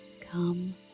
come